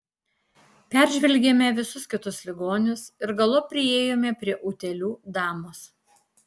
peržvelgėme visus kitus ligonius ir galop priėjome prie utėlių damos